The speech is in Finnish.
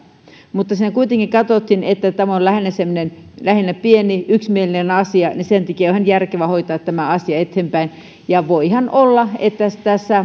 mutta siinä kuitenkin katsottiin että tämä on lähinnä semmoinen pieni yksimielinen asia ja sen takia on ihan järkevää hoitaa tämä asia eteenpäin ja voihan olla että tässä